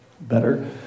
better